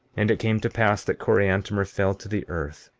and it came to pass that coriantumr fell to the earth,